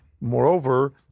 moreover